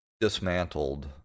dismantled